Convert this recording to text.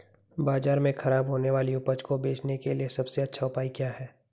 बाजार में खराब होने वाली उपज को बेचने के लिए सबसे अच्छा उपाय क्या है?